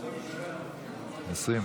הסתייגות 19